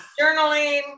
journaling